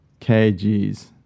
kgs